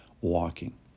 walking